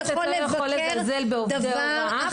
חבר כנסת לא יכול לזלזל בעובדי הוראה,